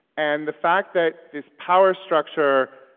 and the fact that this power structure,